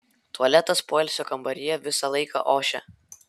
tualetas poilsio kambaryje visą laiką ošia